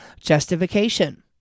justification